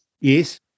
Yes